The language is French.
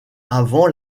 avant